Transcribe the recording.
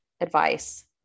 advice